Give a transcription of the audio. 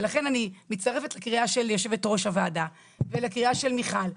לכן אני מצטרפת לקריאה של יושבת ראש הוועדה וקריאה של מיכל,